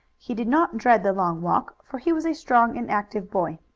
he did not dread the long walk, for he was a strong and active boy.